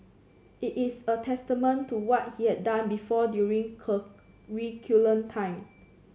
it is a testament to what he had done before during curriculum time